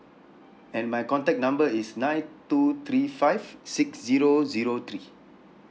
and my contact number is nine two three five six zero zero three